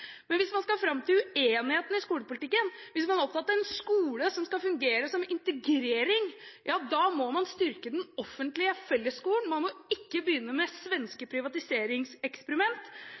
Men hvis man skal fram til uenigheten i skolepolitikken: Hvis man er opptatt av at skolen skal fungere i integreringen, ja, da må man styrke den offentlige fellesskolen; man må ikke begynne med svenske